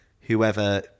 whoever